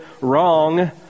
wrong